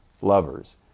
lovers